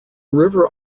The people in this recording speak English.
river